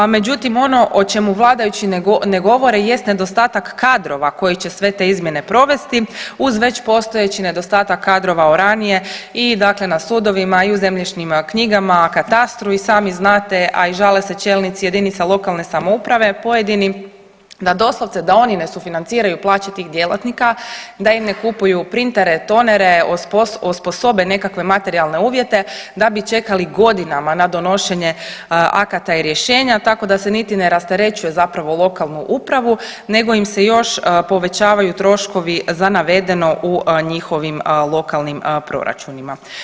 Međutim ono o čemu vladajući ne govore jest nedostatak kadrova koji će sve te izmjene provesti uz već postojeći nedostatak kadrova od ranije i na sudovima i u zemljišnim knjigama, katastru i sami znate, a i žale se čelnici jedinica lokalne samouprave pojedini da doslovce da oni ne sufinanciraju plaće tih djelatnika, da im ne kupuju printere, tonere osposobe nekakve materijalne uvjete da bi čekali godinama na donošenje akata i rješenja tako da se niti ne rasterećuje lokalnu upravu nego im se još povećavaju troškovi za navedeno u njihovim lokalnim proračunima.